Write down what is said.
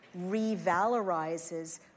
revalorizes